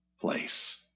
place